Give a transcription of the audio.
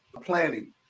planning